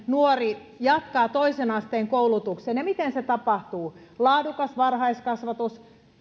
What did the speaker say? nuori jatkaa toisen asteen koulutukseen ja miten se tapahtuu on laadukas varhaiskasvatus